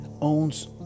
owns